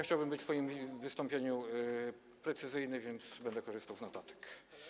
Chciałbym w swoim wystąpieniu być precyzyjny, więc będę korzystał z notatek.